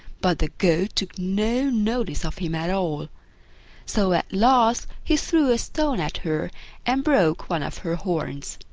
but the goat took no notice of him at all so at last he threw a stone at her and broke one of her horns.